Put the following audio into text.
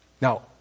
now